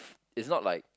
is not like